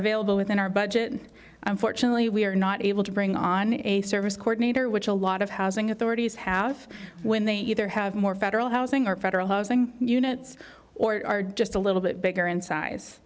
available within our budget unfortunately we are not able to bring on a service court meter which a lot of housing authorities have when they either have more federal housing or federal housing units or are just a little bit bigger in size